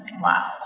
Wow